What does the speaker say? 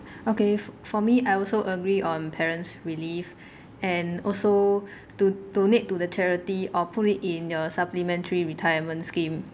okay for me I also agree on parents relief and also to donate to the charity or put it in your supplementary retirement scheme